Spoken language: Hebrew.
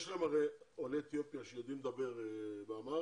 יש הרי עולי אתיופיה שיודעים לדבר אמהרית,